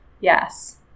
yes